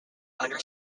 under